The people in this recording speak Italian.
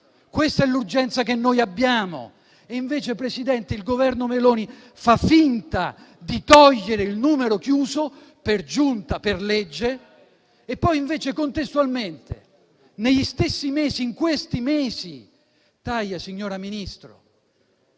Questa è l'urgenza che noi abbiamo. Invece, il Governo Meloni fa finta di togliere il numero chiuso, per giunta per legge, e poi, contestualmente, negli stessi mesi, in questi mesi, taglia 800 milioni